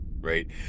right